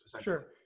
Sure